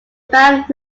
band